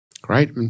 Great